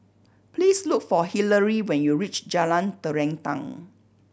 please look for Hillery when you reach Jalan Terentang